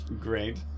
great